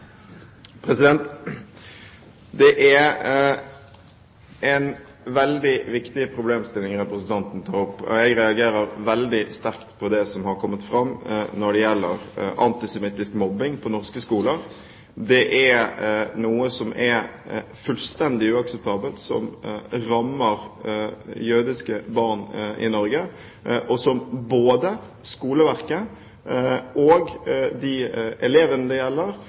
Det er en veldig viktig problemstilling representanten tar opp. Jeg reagerer veldig sterkt på det som har kommet fram når det gjelder antisemittisk mobbing på norske skoler. Det er noe som er fullstendig uakseptabelt, som rammer jødiske barn i Norge, og som både skoleverket, de elevene det gjelder,